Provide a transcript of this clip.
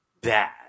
bad